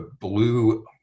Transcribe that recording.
blue